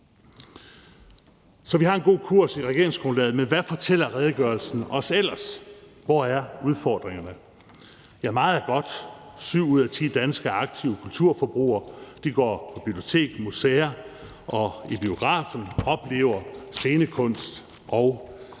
Så vi har en god kurs i regeringsgrundlaget, men hvad fortæller redegørelsen os ellers? Hvor er udfordringerne? Meget er godt, syv ud af ti danskere er aktive kulturforbrugere, de går på biblioteket, på museer og i biografen og oplever scenekunst og